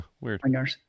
weird